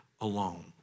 alone